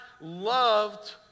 loved